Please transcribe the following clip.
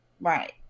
Right